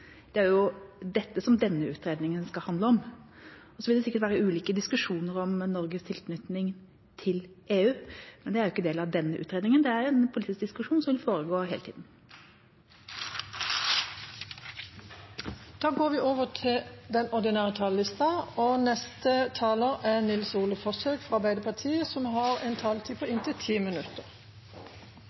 det denne utredningen skal handle om. Så vil det sikkert være ulike diskusjoner om Norges tilknytning til EU, men det er ikke en del av den utredningen; det er en politisk diskusjon som vil foregå hele tida. Replikkordskiftet er omme. Først og fremst vil jeg takke utenriksministeren for en god redegjørelse som hun holdt her på tirsdag i forrige uke, og hennes innlegg i dag. Russlands angrepskrig i Ukraina er brutal. Mangel på